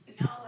No